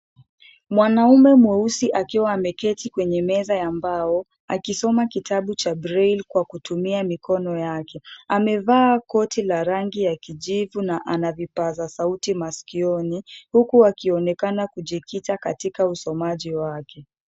Mwanaume mweusi akiwa ameketi kwenye meza ya mbao akisoma kitabu cha braille kutumia mikono yake. Amevaa koti la rangi ya kijivu na ana vipaza sauti masikioni uku akionekana kujikita katika usomaji wake.